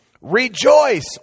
rejoice